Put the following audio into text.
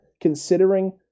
considering